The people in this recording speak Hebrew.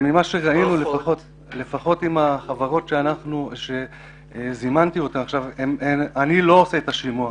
ממה שראינו לפחות עם החברות שזימנתי אותן אני לא עושה את השימוע,